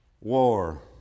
War